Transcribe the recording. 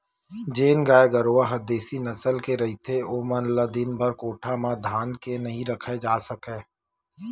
जेन गाय गरूवा ह देसी नसल के रहिथे ओमन ल दिनभर कोठा म धांध के नइ राखे जा सकय